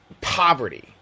poverty